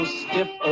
stiff